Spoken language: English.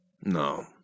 No